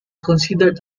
considered